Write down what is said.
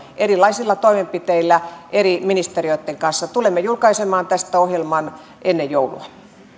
erilaisilla toimenpiteillä eri ministeriöitten kanssa tulemme julkaisemaan tästä ohjelman ennen joulua ehdimme